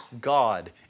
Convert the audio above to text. God